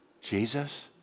Jesus